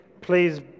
Please